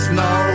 no